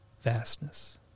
vastness